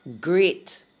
great